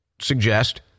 suggest